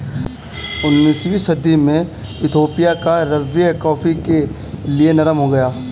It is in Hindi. उन्नीसवीं सदी में इथोपिया का रवैया कॉफ़ी के लिए नरम हो गया